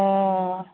অ